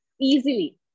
easily